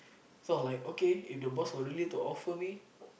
sounds like okay if the boss will really to offer me